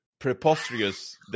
Preposterous